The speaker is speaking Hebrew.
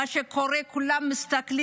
מה שקורה הוא שכולם מסתכלים,